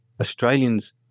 Australians